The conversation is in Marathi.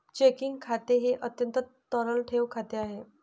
चेकिंग खाते हे अत्यंत तरल ठेव खाते आहे